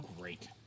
Great